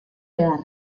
behar